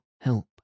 help